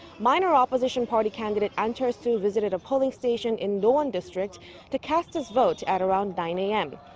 minor opposition party candidate ahn cheol-soo visited a polling station in nowon district to cast his vote at around nine a m.